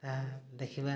ତାହା ଦେଖିବା